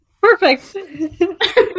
Perfect